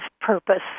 purpose